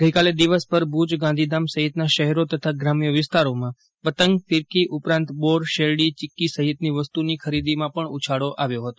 ગઇકાલે દિવસભર ભુજ ગાંધીધામ સહિતના શહેરો તથા ગ્રામ્ય વિસ્તારોમાં પતંગ ફીરકી ઉપરાંત બોર શેરડી ચિકકી સહિતની વસ્તુની ખરીદીમાં પણ ઉછાળો આવ્યો હતો